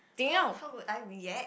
how how would I react